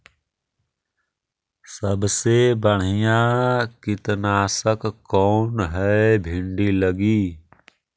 सबसे बढ़िया कित्नासक कौन है भिन्डी लगी?